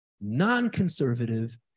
non-conservative